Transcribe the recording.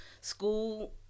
School